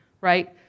right